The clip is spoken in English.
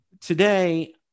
today